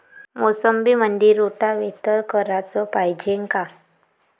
मोसंबीमंदी रोटावेटर कराच पायजे का?